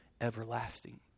everlasting